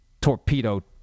torpedo